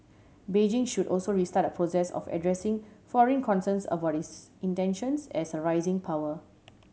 Beijing should also restart a process of addressing foreign concerns about its intentions as a rising power